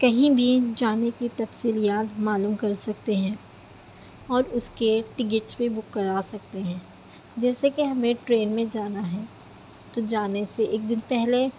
کہیں بھی جانے کی تفصیلات معلوم کر سکتے ہیں اور اس کے ٹکٹس بھی بُک کروا سکتے ہیں جیسے کہ ہمیں ٹرین میں جانا ہے تو جانے سے ایک دن پہلے